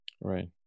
Right